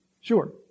sure